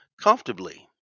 Comfortably